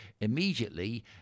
immediately